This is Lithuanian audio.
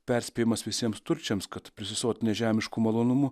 perspėjimas visiems turčiams kad prisisotinę žemiškų malonumų